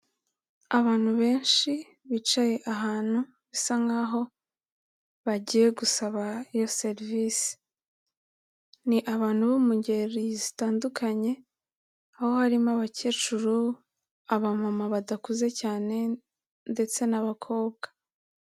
Abantu benshi bicaye ahantu bisa nkaho bagiye gusaba iyo serivisi, ni abantu bo mu ngeri zitandukanye, aho harimo abakecuru, abamama badakuze cyane ndetse n'abakobwa.